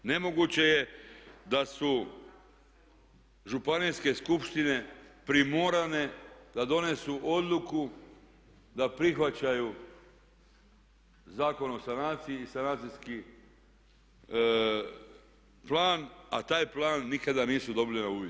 Nemoguće je da su županijske skupštine primorane da donesu odluku da prihvaćaju Zakon o sanaciji i sanacijski plan a taj plan nikada nisu dobili na uvid.